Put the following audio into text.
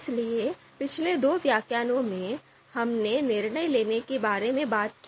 इसलिए पिछले दो व्याख्यानों में हमने निर्णय लेने के बारे में बात की